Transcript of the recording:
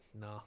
no